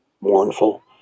mournful